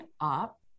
up